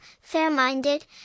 fair-minded